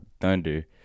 Thunder